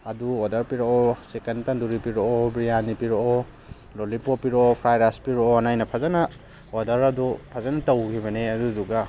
ꯑꯗꯨ ꯑꯣꯔꯗꯔ ꯄꯤꯔꯛꯑꯣ ꯆꯤꯛꯀꯟ ꯇꯟꯗꯨꯔꯤ ꯄꯤꯔꯛꯑꯣ ꯕ꯭ꯔꯤꯌꯥꯅꯤ ꯄꯤꯔꯛꯑꯣ ꯂꯣꯂꯤꯄꯣꯞ ꯄꯤꯔꯛꯑꯣ ꯐ꯭ꯔꯥꯏ ꯔꯥꯏꯁ ꯄꯤꯔꯛꯑꯣ ꯑꯩꯅ ꯐꯖꯅ ꯑꯣꯔꯗꯔ ꯑꯗꯨ ꯐꯖꯅ ꯇꯧꯈꯤꯕꯅꯦ ꯑꯗꯨꯗꯨꯒ